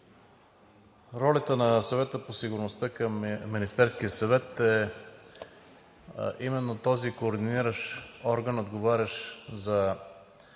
Ролята на Съвета по сигурността към Министерския съвет е именно този координиращ орган, отговарящ за